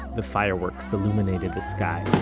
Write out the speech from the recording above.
the fireworks illuminated the sky